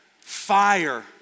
Fire